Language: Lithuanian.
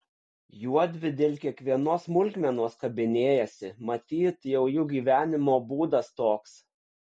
juodvi dėl kiekvienos smulkmenos kabinėjasi matyt jau jų gyvenimo būdas toks